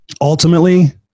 Ultimately